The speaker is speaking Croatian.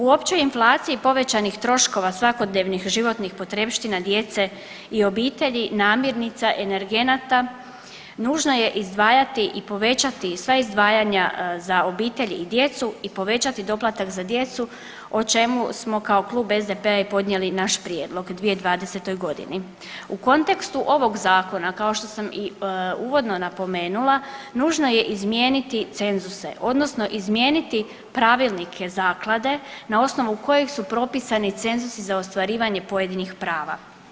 U općoj inflaciji povećanih troškova svakodnevnih životnih potrepština djece i obitelji namirnica, energenata nužno je izdvajati i povećati sva izdvajanja za obitelj i djecu i povećati doplatak za djecu o čemu smo kao klub SDP-a i podnijeli naš prijedlog u 2020.g. U kontekstu ovog zakona kao što sam i uvodno napomenula, nužno je izmijeniti cenzuse odnosno izmijeniti pravilnike zaklade na osnovu kojeg su propisani cenzusi za ostvarivanje pojedinih prava.